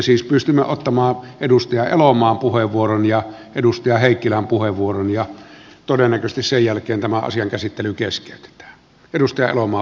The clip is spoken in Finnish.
elikkä pystymme ottamaan edustaja elomaan puheenvuoron ja edustaja heikkilän puheenvuoron ja todennäköisesti sen jälkeen tämän asian käsittely keskeytetään